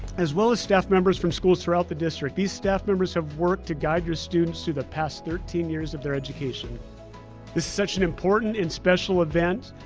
as well as staff members from schools throughout the district. these staff members have worked to guide your students through the past thirteen years of their education. this is such an important and special event